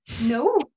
no